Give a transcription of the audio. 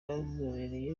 bazobereye